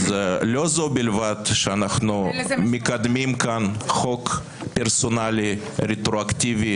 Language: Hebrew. אז לא זו בלבד שאנחנו מקדמים כאן חוק פרסונלי רטרואקטיבי